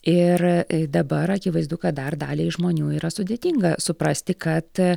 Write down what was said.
ir dabar akivaizdu kad dar daliai žmonių yra sudėtinga suprasti kad